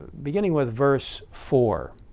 beginning with verse four.